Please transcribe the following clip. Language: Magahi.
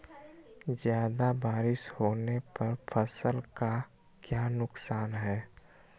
ज्यादा बारिस होने पर फसल का क्या नुकसान है?